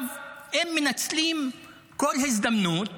הם מנצלים כל הזדמנות